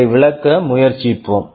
இதை விளக்க முயற்சிப்போம்